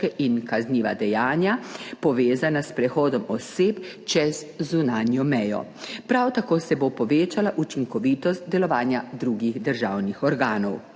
in kazniva dejanja, povezana s prehodom oseb čez zunanjo mejo. Prav tako se bo povečala učinkovitost delovanja drugih državnih organov.